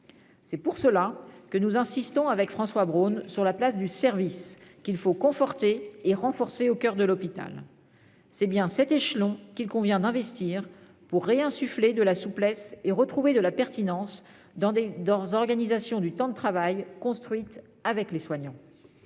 C'est pour cela qu'avec François Braun, nous insistons sur la place du service, qu'il faut conforter et renforcer au coeur de l'hôpital. C'est bien cet échelon qu'il convient d'investir pour réinsuffler de la souplesse et retrouver de la pertinence dans des organisations du temps de travail construites avec les soignants.